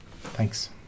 Thanks